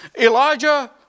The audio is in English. Elijah